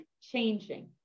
changing